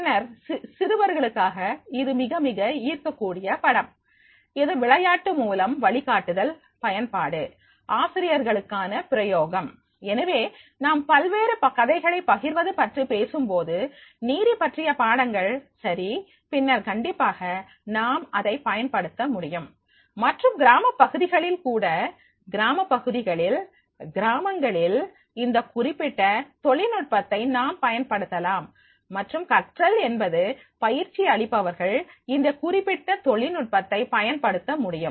பின்னர் சிறுவர்களுக்காக இது மிக மிக ஈர்க்கக்கூடிய படம் இது விளையாட்டு மூலம் வழிகாட்டுதல் பயன்பாடு ஆசிரியர்களுக்கான பிரயோகம் எனவே நாம் பல்வேறு கதைகளை பகிர்வது பற்றி பேசும்போது நீதி பற்றிய பாடங்கள் சரி பின்னர் கண்டிப்பாக நாம் அதை பயன்படுத்த முடியும் மற்றும் கிராம பகுதிகளில் கூட கிராமப்பகுதிகளில் கிராமங்களில் இந்த குறிப்பிட்ட தொழில்நுட்பத்தை நாம் பயன்படுத்தலாம் மற்றும் கற்றல் என்பது பயிற்சி அளிப்பவர்கள் இந்த குறிப்பிட்ட தொழில்நுட்பத்தை பயன்படுத்த முடியும்